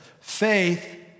Faith